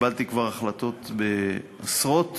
וכבר קיבלתי החלטות בעשרות